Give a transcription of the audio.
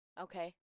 okay